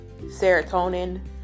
serotonin